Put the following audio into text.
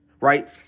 Right